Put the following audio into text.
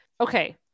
okay